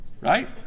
right